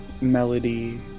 melody